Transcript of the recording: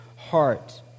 heart